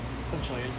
essentially